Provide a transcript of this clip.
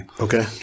Okay